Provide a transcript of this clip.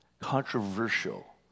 controversial